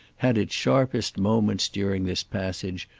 had its sharpest moments during this passage,